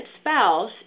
spouse